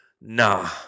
Nah